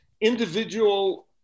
individual